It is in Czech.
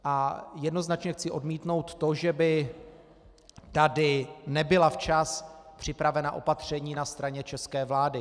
A jednoznačně chci odmítnout to, že by tady nebyla včas připravena opatření na straně české vlády.